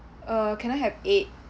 uh can I have eight